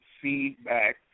feedback